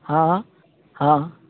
ہاں ہاں